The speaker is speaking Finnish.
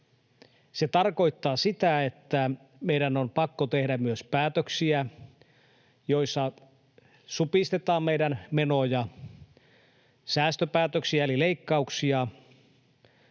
Se tarkoittaa sitä, että meidän on pakko tehdä myös päätöksiä, joissa supistetaan meidän menoja, säästöpäätöksiä eli leikkauksia,